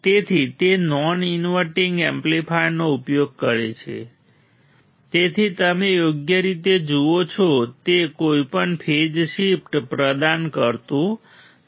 તેથી તે non inverting એમ્પ્લીફાયરનો ઉપયોગ કરે છે તેથી તમે યોગ્ય રીતે જુઓ છો તે કોઈપણ ફેઝ શિફ્ટ પ્રદાન કરતું નથી